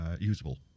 usable